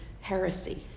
heresy